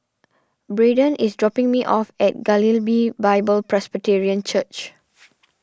Braedon is dropping me off at Galilee Bible Presbyterian Church